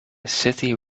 city